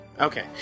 Okay